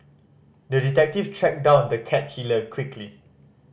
the detective tracked down the cat killer quickly